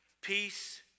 Peace